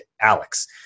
Alex